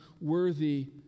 worthy